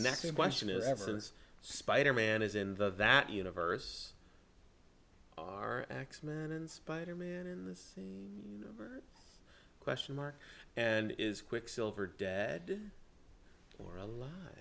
next question is evidence spider man is in the that universe are x men and spider man in this question mark and is quicksilver dead or alive